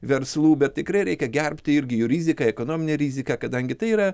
verslų bet tikrai reikia gerbti irgi jų riziką ekonominę riziką kadangi tai yra